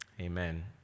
amen